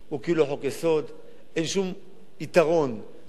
אין שום יתרון לכך שזה יהפוך להיות חוק-יסוד.